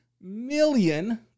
million